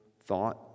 thought